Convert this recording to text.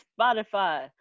Spotify